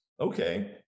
Okay